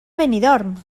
benidorm